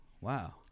Wow